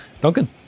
Duncan